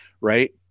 right